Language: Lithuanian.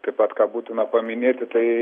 taip pat ką būtina paminėti tai